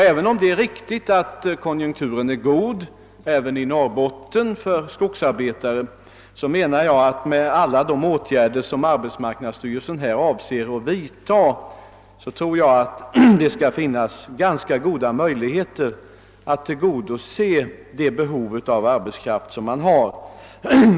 Även om det är riktigt att konjunkturen är god för skogsarbetare också i Norrbotten, bör det med alla de åtgärder som arbetsmarknadsstyrelsen avser att vidta finnas ganska goda möjligheter att tillgodose det behov av arbetskraft som uppkommer.